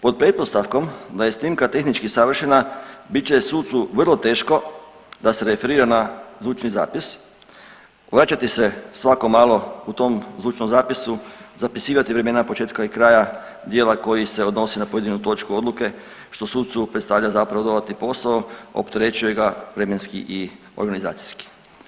Pod pretpostavkom da je snimka tehnički savršena bit će sucu vrlo teško da se referira na zvučni zapis, vraćati se svako malo u tom zvučnom zapisu, zapisivati vremena početka i kraja dijela koji se odnosi na pojedinu točku odluke što sucu predstavlja zapravo dodatni posao opterećuje ga vremenski i organizaciji.